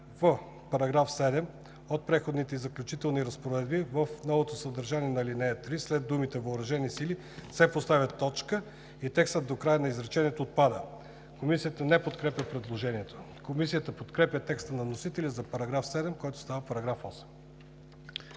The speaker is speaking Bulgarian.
„В § 7 от преходни и заключителни разпоредби в новото съдържание на ал. 3 след думите „въоръжените сили“ се поставя точка и текстът до края на изречението отпада.“ Комисията не подкрепя предложението. Комисията подкрепя текста на вносителя за § 7, който става § 8.